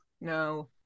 No